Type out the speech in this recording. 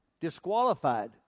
disqualified